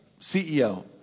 CEO